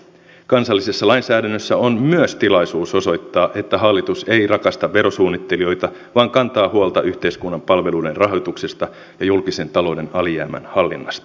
kansallisessa lainsäädännössä on myös tilaisuus osoittaa että hallitus ei rakasta verosuunnittelijoita vaan kantaa huolta yhteiskunnan palveluiden rahoituksesta ja julkisen talouden alijäämän hallinnasta